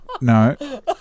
no